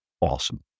awesome